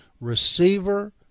receiver